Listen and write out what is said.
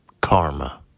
Karma